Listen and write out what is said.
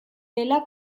dela